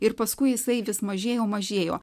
ir paskui jisai vis mažėjo mažėjo